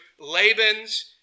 Laban's